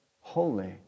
holy